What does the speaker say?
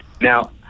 Now